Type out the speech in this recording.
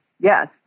Yes